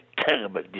terrible